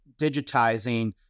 digitizing